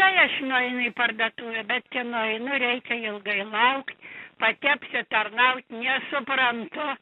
tai aš nueinu į parduotuvę bet kai nueinu reikia ilgai laukt pati apsitarnaut nesuprantu